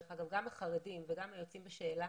גם החרדים וגם היוצאים בשאלה,